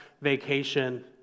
vacation